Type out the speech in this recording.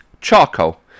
charcoal